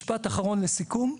משפט אחרות לסיכום,